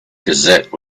gazette